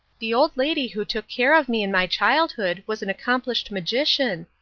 the old lady who took care of me in my childhood was an accomplished magician,